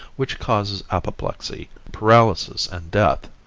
which causes apoplexy, paralysis and death.